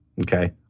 Okay